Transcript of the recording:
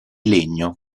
legno